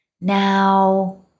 Now